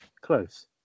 Close